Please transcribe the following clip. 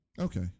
Okay